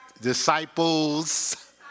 disciples